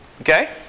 Okay